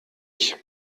ich